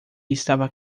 estava